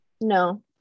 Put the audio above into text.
no